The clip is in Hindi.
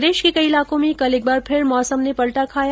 प्रदेश के कई इलाको में कल एक बार फिर मौसम ने पलटा खाया